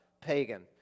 pagan